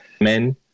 men